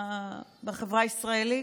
בחברה הישראלית.